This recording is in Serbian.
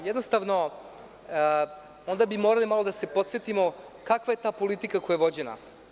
Jednostavno, onda bi morali malo da se podsetimo kakva je ta politika koja je vođena.